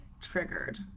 triggered